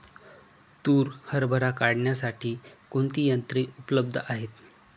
तूर हरभरा काढण्यासाठी कोणती यंत्रे उपलब्ध आहेत?